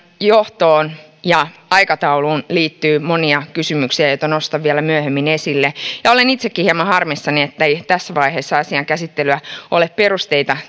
johtoon ja aikatauluun liittyy monia kysymyksiä joita nostan vielä myöhemmin esille olen itsekin hieman harmissani ettei tässä vaiheessa asian käsittelyä ole perusteita